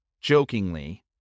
jokingly